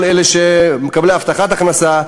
כל אלה שמקבלים הבטחת הכנסה.